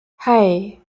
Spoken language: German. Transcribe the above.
hei